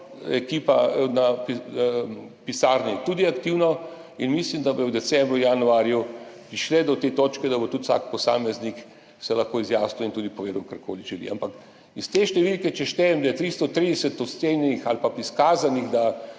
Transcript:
ekipa v pisarni tudi aktivno in mislim, da bo v decembru, januarju prišlo do te točke, da se bo tudi vsak posameznik lahko izjasnil in tudi povedal, kar koli želi. Ampak iz te številke, če štejem, da je 330 ocenjenih ali izkazanih,